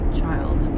child